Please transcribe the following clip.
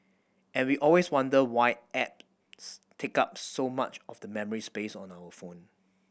and we always wonder why apps take up so much of the memory space on our phone